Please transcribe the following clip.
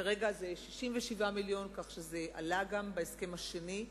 כרגע זה 67 מיליון, כך שזה עלה גם בהסכם השני.